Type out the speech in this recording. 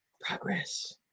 progress